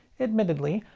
admittedly,